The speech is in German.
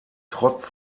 trotz